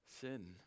sin